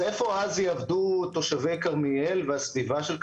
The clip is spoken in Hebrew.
אז איפה אז יעבדו תושבי כרמיאל והסביבה של כרמיאל?